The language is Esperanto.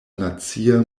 nacia